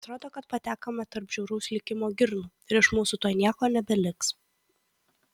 atrodo kad patekome tarp žiauraus likimo girnų ir iš mūsų tuoj nieko nebeliks